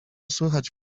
słychać